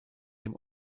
dem